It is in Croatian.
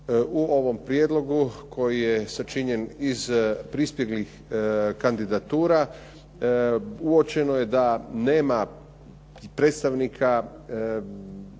U ovom prijedlogu koji je sačinjen iz pristiglih kandidatura uočeno je da nema predstavnika